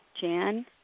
Jan